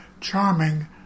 charming